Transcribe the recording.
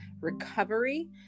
recovery